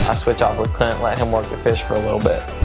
switch off with clint, let him work the fish for a little bit.